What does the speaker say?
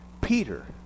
Peter